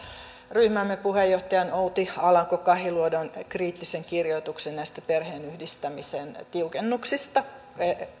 ryhmämme puheenjohtajan outi alanko kahiluodon kriittisen kirjoituksen näistä perheenyhdistämisen tiukennuksista